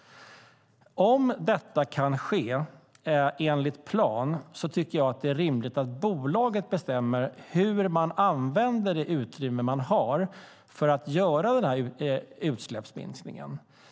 Om detta kan ske enligt plan tycker jag att det är rimligt att bolaget bestämmer hur man använder det utrymme man har för att göra utsläppsminskningen.